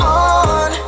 on